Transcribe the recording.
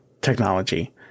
technology